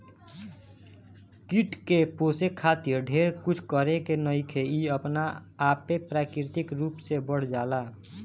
कीट के पोसे खातिर ढेर कुछ करे के नईखे इ अपना आपे प्राकृतिक रूप से बढ़ जाला